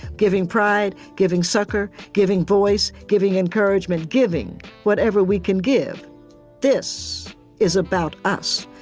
giving pride, giving succor, giving voice, giving encouragement, giving whatever, we can give this is about us,